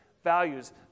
Values